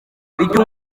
bituma